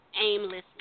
aimlessly